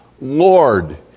Lord